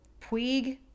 Puig